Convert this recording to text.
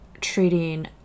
treating